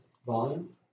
volume